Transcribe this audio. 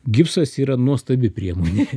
gipsas yra nuostabi priemonė